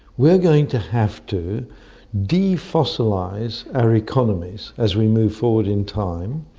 we're going to have to defossilise our economies as we move forward in time,